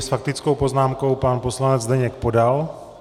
S faktickou poznámkou pan poslanec Zdeněk Podal.